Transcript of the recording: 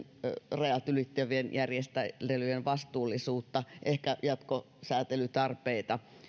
rajat ylittävien järjestelyjen vastuullisuutta ehkä jatkosäätelytarpeita